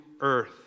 earth